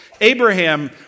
Abraham